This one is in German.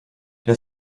der